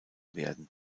werden